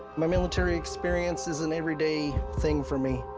my military experience is an everyday thing for me.